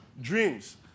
dreams